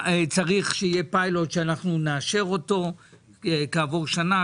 צריך שיהיה פיילוט שאנחנו נאשר אותו כעבור שנה.